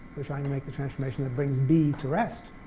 we're trying to make the transformation that brings b to rest.